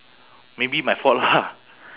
maybe my fault lah